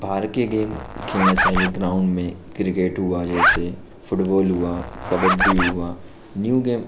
बाहर के गेम खेलना चाहिए ग्राउंड में क्रिकेट हुआ जैसे फुटबॉल हुआ कबड्डी हुआ न्यू गेम